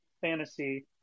fantasy